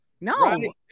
No